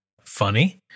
funny